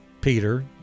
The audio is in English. Peter